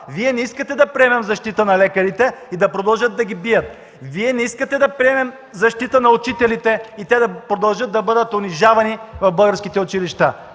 Вие не искате да приемем защитата на лекарите и да продължат да ги бият. Вие не искате да приемем защита на учителите и те да продължат да бъдат унижавани в българските училища.